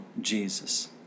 Jesus